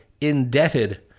indebted